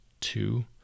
two